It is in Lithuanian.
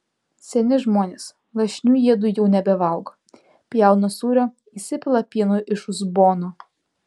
seni žmonės lašinių jiedu jau nebevalgo pjauna sūrio įsipila pieno iš uzbono